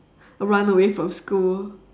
run away from school